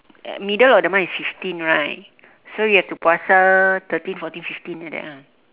at middle of the month is fifteen right so you have to puasa thirteen fourteen fifteen like that ah